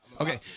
Okay